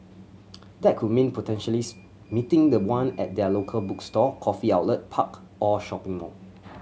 that could mean potentially's meeting the one at their local bookstore coffee outlet park or shopping mall